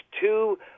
two